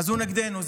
הוא נגדנו.